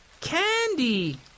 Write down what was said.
candy